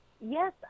Yes